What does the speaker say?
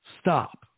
Stop